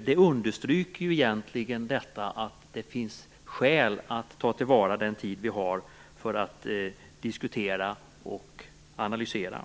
Det understryker egentligen att det finns skäl att ta till vara den tid som vi har för att diskutera och analysera.